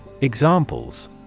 Examples